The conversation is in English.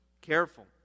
Careful